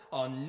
on